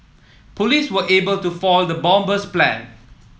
police were able to foil the bomber's plan